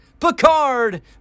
Picard